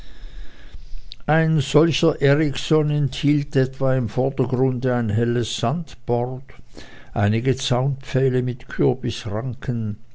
ein solcher erikson enthielt etwa im vordergrunde ein helles sandbord einige zaunpfähle mit